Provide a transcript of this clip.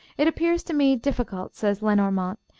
it appears to me difficult, says lenormant,